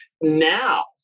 now